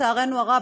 לצערנו הרב,